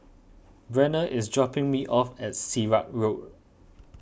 Brenna is dropping me off at Sirat Road